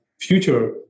future